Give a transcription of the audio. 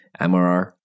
MRR